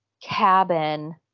cabin